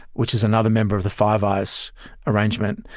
which is another member of the five eyes arrangement,